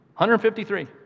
153